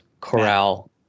Corral